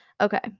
Okay